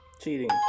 cheating